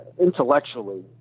intellectually